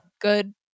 good